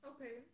Okay